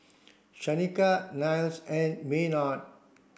Shanika Niles and Maynard